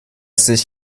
sich